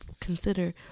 consider